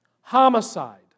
homicide